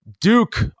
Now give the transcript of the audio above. Duke